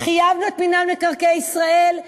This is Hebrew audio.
חייבנו את מינהל מקרקעי ישראל,